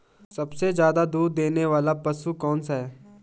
सबसे ज़्यादा दूध देने वाला पशु कौन सा है?